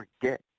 forget